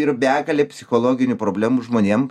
ir begalė psichologinių problemų žmonėm